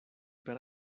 per